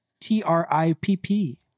T-R-I-P-P